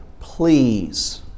Please